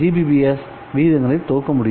5 to 10 Gbps விகிதங்களில் தொகுக்க முடியும்